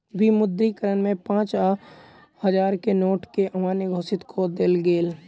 विमुद्रीकरण में पाँच आ हजार के नोट के अमान्य घोषित कअ देल गेल